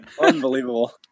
Unbelievable